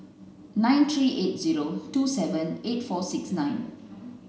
nine three eight zero two seven eight four six nine